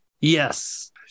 Yes